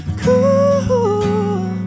cool